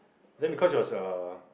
then because it was a